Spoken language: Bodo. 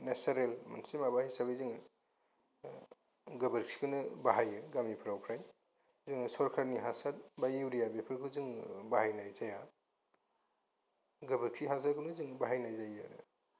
नेसारेल मोनसे माबा हिसाबै जोङो गोबोरखिखौनो बाहायो गामिफ्राव फ्राय जोङो सरखारनि हासार बा इउरिया बेफोरखौ जों बाहायनाय जाया गोबोरखि हासारखौनो जों बाहायनाय जायो